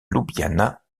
ljubljana